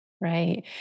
Right